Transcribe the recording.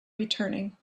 returning